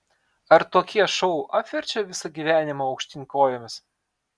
ar tokie šou apverčia visą gyvenimą aukštyn kojomis